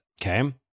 Okay